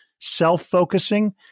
self-focusing